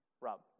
Rob